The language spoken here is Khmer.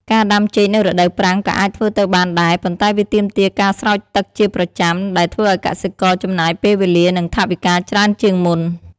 ការដាំចេកនៅរដូវប្រាំងក៏អាចធ្វើទៅបានដែរ ប៉ុន្តែវាទាមទារការស្រោចទឹកជាប្រចាំដែលធ្វើឱ្យកសិករចំណាយពេលវេលានិងថវិកាច្រើនជាងមុន។